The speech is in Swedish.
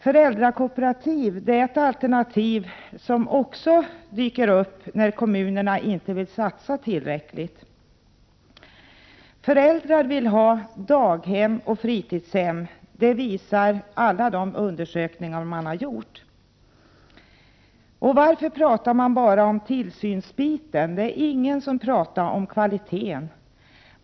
Föräldrakooperativ är ett alternativ som också dyker upp när kommunerna inte vill satsa tillräckligt. Föräldrar vill ha daghem och fritidshem. Det visar alla de undersökningar man har gjort. Varför pratar man bara om tillsynsbiten? Det är ingen som pratar om kvaliteten.